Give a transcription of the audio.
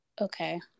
okay